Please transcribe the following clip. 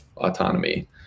autonomy